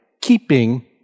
keeping